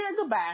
goodbye